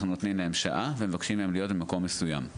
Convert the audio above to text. אנחנו נותנים להם שעה ומבקשים מהם להיות במקום מסוים.